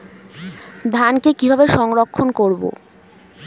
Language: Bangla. ধানকে কিভাবে সংরক্ষণ করব?